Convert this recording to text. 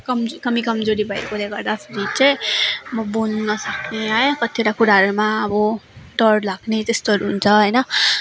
कम कमी कमजोरी भएकोले गर्दाखेरि चाहिँ म बोल्न नसक्ने है कतिवटा कुराहरूमा अब डर लाग्ने त्यस्तोहरू हुन्छ होइन